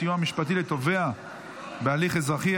סיוע משפטי לתובע בהליך אזרחי),